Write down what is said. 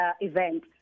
event